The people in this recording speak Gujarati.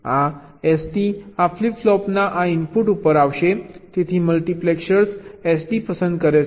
આ SD આ ફ્લિપ ફ્લોપના આ ઇનપુટ ઉપર આવશે તેથી મલ્ટિપ્લેક્સર SD પસંદ કરે છે